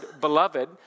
beloved